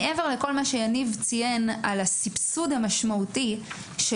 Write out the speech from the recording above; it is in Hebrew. מעבר לכל מה שיניב ציין על הסבסוד המשמעותי של